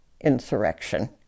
insurrection